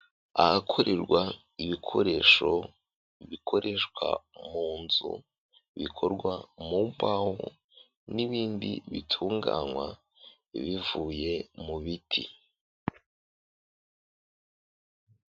Ahakorerwa ibikoresho bikoreshwa mu nzu bikorwa mu mbaho n'ibindi bitunganywa bivuye mu biti.